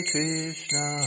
Krishna